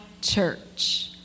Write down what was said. church